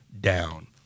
down